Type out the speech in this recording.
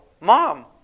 Mom